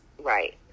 Right